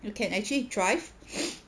you can actually drive